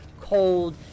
cold